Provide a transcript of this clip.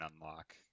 unlock